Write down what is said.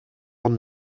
one